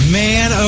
man